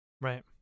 Right